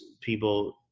people